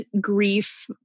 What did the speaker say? grief